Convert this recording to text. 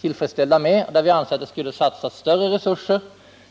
tillfredsställda med och där vi anser att det skulle satsas större resurser.